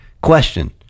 question